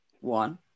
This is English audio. One